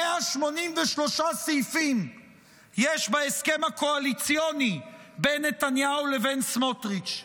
183 סעיפים יש בהסכם הקואליציוני בין נתניהו לבין סמוטריץ'.